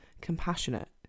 compassionate